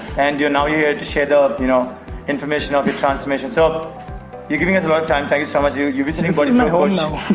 and you're now here to share the you know information of your transformation. so you're giving us a lot of time thank you so much you you visiting but in my home now